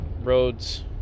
roads